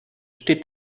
steht